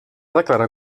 declarar